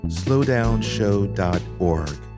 slowdownshow.org